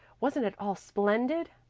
wasn't it all splendid?